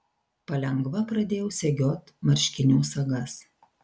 palengva pradėjau segiot marškinių sagas